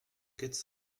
quatre